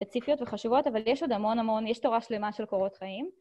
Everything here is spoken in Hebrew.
סציפיות וחשובות, אבל יש עוד המון המון, יש תורה שלמה של קורות חיים.